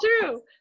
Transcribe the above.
true